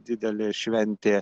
didelė šventė